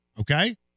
Okay